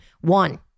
one